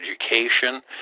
education